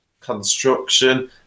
construction